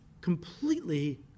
completely